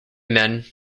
men